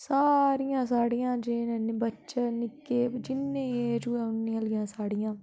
सारियां साड़ियां जिनें बच्चे निक्के जिन्नी एज होऐ उन्नी आह्लियां साड़ियां